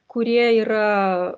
kurie yra